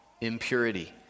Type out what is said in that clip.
impurity